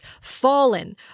fallen